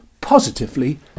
positively